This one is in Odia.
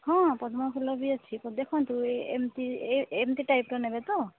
ହଁ ପଦ୍ମ ଫୁଲ ବି ଅଛି ତ ଦେଖନ୍ତୁ ଏ ଏମିତି ଏମିତି ଟାଇପ୍ର ନେବେ ତ